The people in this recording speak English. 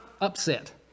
upset